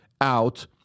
out